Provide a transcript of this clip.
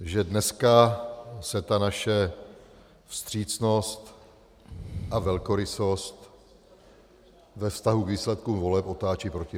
Že dneska se ta naše vstřícnost a velkorysost ve vztahu k výsledkům voleb otáčí proti nám.